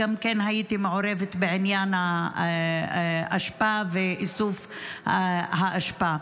גם הייתי מעורבת בעניין האשפה ואיסוף האשפה.